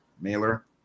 mailer